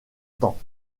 temps